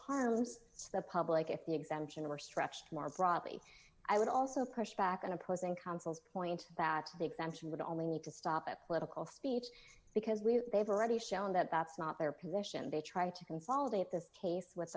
to the public if the exemption were stretched more broadly i would also push back on opposing counsel's point that the exemption would only need to stop a political speech because we they've already shown that that's not their position they try to consolidate this case w